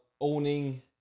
owning